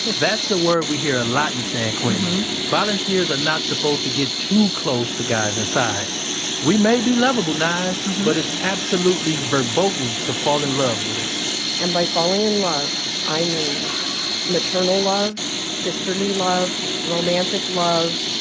that's a word we hear a lot in san quentin. volunteers are not supposed to get too close to guys inside we may be lovable, nige, but it's absolutely forboden to fall in love with us and by falling in love, i mean maternal love, sisterly love romantic love,